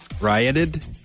Rioted